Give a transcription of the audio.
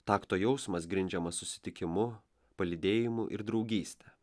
takto jausmas grindžiamas susitikimu palydėjimu ir draugyste